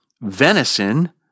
venison